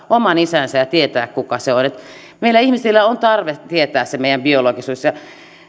oman isänsä ja tietää kuka se on meillä ihmisillä on tarve tietää se meidän biologisuus